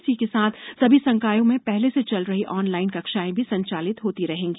इसी के साथ सभी संकायों में पहले से चल रही ऑनलाइन कक्षाएं भी संचालित होती रहेंगी